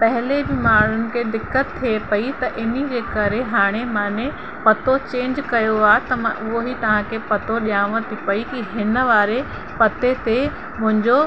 पहले बि माण्हुनि खे दिक़त थिए पेई त हिनजे करे हाणे माने पतो चेंज कयो आहे त मां उहो ई तव्हांखे पतो ॾियांव थी पेई कि हिन वारे पते ते मुंहिंजो